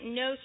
no